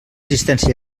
assistència